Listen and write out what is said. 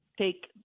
take